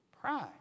Pride